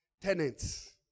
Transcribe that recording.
tenants